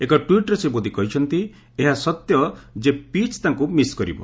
ଏକ ଟ୍ୱିଟ୍ରେ ଶ୍ରୀ ମୋଦି କହିଛନ୍ତି ଏହା ସତ୍ୟ ଯେ ପିଚ୍ ତାଙ୍କ ମିସ୍ କରିବ